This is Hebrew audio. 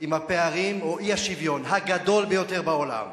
עם הפערים או אי-השוויון הגדול ביותר בעולם.